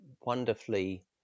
wonderfully